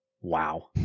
Wow